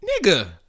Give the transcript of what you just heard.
Nigga